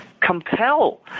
compel